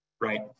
right